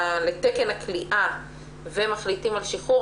לתקן הכליאה ומחליטים על שחרור,